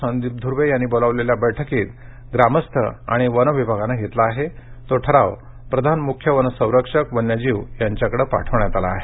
संदीप धूर्वे यांनी बोलाविलेल्या बैठकीत ग्रामस्थ आणि वनविभागाने घेतला आहे तो ठराव प्रधान मुख्य वनसंरक्षक वन्यजीव यांना पाठविण्यात आला आहे